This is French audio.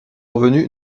revenus